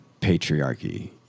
patriarchy